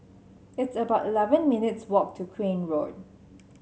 it's about eleven minutes' walk to Crane Road